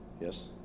yes